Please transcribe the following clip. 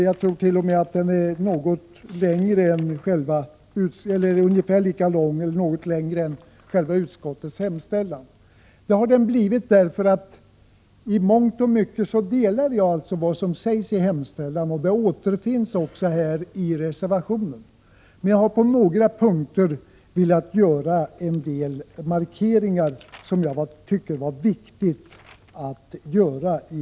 Jag tror t.o.m. att den är något längre än själva utskottstexten. Den har blivit det därför att jag i mångt och mycket delar utskottets uppfattningar, och de återfinns också i reservationen. Men jag har på några punkter velat göra en del markeringar som jag tyckte var viktiga att göra.